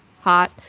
hot